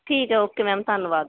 ਠੀਕ ਹੈ okay ma'am ਧੰਨਵਾਦ